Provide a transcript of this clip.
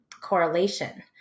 correlation